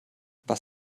was